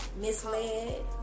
misled